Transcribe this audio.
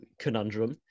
conundrum